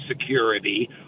security